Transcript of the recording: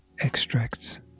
Extracts